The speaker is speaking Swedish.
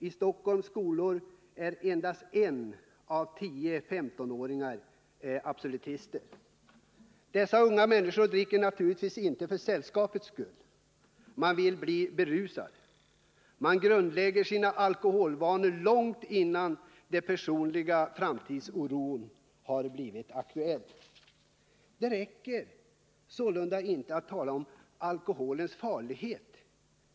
I Stockholms skolor är endast en av tio 15-åringar absolutist. Dessa unga människor dricker naturligtvis inte för sällskapets skull, man vill bli berusad. Man grundlägger sina alkoholvanor långt innan den personliga framtidsoron har blivit aktuell. Det räcker sålunda inte att tala om alkoholens farlighet.